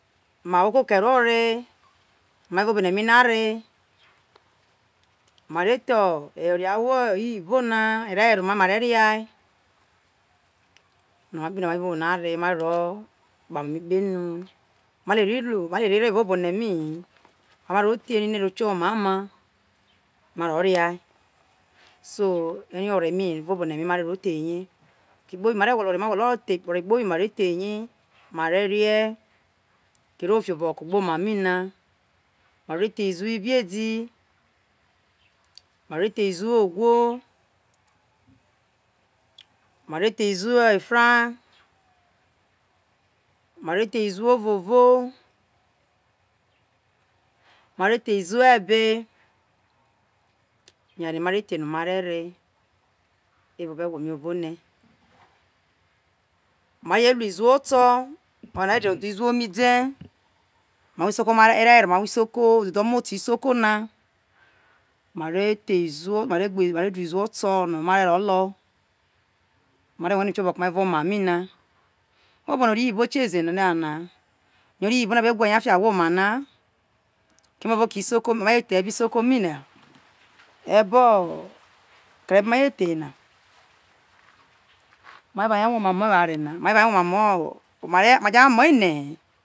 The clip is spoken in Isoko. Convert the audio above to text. ma wo oke kero ore ma jo obo ne mi na re ma re tho ore oro ahwo iyibo na re ore were oma mare ria owere kpobi no are jo obone na re ma aro kpa wo kpe nu ma leri ru ma leri re evo obone mi ni owe re the ri no oro kieho omiai oma ma ro ria so oye ho ore mi hi ma re ro they oke kpobi mate gwolo re mare the ore kpobi mare theye mare rie kere ofi oboho ugboma mi na ma re the iziowo ibiedi mare the iziwo ogwo mare the iziwo efea mare the iziwo ovovo mare the iziwo e e ena oware no mare the no mare re evao obo egwo mai one a je lu iziwo oto mare oku iziwo mi de mai awi isoko no ore were ahwo isoko na mare the iziwo mare du iziwo oto no mare ro lo no mate rue no ifi oboho ko mai evao omamo na obo na ore iyibo kie ze obone mi na ore iyibo na be gwa eya fiho awho oma na keme oke obo isoko ma je the ebe obo isoko mi na ebo oke no who je the na ma jo eva ye rue oma mo oware na are jo era ye ruo oma mo ma je mai ne he